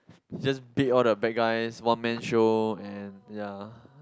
it just beat all the bad guys one man show and ya